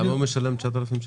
למה הוא משלם 9,000 שקלים?